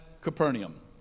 Capernaum